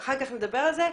אחר כך נדבר על זה.